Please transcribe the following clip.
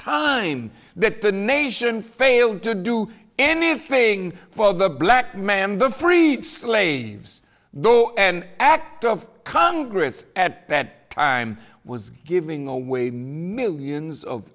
time that the nation failed to do anything for the black man the free slaves though an act of congress at that time was giving away millions of